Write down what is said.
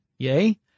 Yay